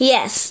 Yes